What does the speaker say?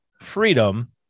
freedom